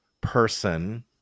person